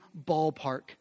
ballpark